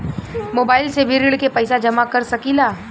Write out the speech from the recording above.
Mobile से भी ऋण के पैसा जमा कर सकी ला?